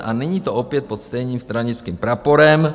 A není to opět pod stejným stranickým praporem?